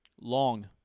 Long